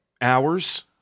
hours